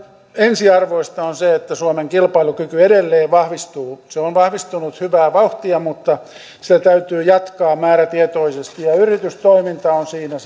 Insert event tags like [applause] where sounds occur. ensiarvoista että suomen kilpailukyky edelleen vahvistuu se on vahvistunut hyvää vauhtia mutta sitä täytyy jatkaa määrätietoisesti ja yritystoiminta on siinä [unintelligible]